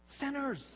Sinners